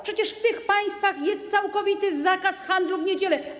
Przecież w tych państwach jest całkowity zakaz handlu w niedziele.